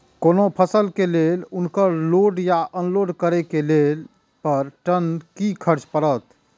कोनो फसल के लेल उनकर लोड या अनलोड करे के लेल पर टन कि खर्च परत?